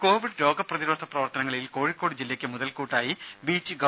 രുദ കോവിഡ് രോഗപ്രതിരോധ പ്രവർത്തനങ്ങളിൽ കോഴിക്കോട് ജില്ലക്ക് മുതൽക്കൂട്ടായി ബീച്ച് ഗവ